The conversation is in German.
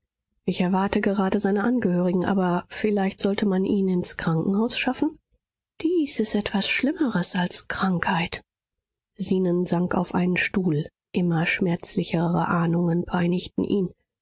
ich erwarte gerade seine angehörigen aber vielleicht sollte man ihn ins krankenhaus schaffen dies ist etwas schlimmeres als krankheit zenon sank auf einen stuhl immer schmerzlichere ahnungen peinigten ihn